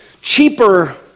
cheaper